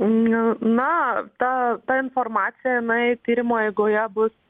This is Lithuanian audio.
niu na ta ta informacija jinai tyrimo eigoje bus